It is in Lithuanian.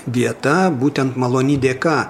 vieta būtent malony dėka